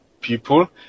people